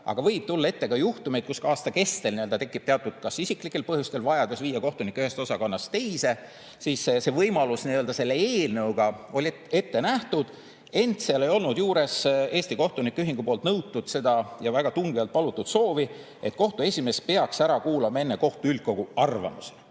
aga võib tulla ette ka juhtumeid, kus aasta kestel tekib teatud, näiteks isiklikel põhjustel vajadus viia kohtunikke ühest osakonnast teise. See võimalus selle eelnõuga oli ette nähtud, ent seal ei olnud juures Eesti Kohtunike Ühingu nõutud ja tungivalt palutud klauslit, et kohtu esimees peaks enne ära kuulama kohtu üldkogu arvamuse.